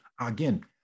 again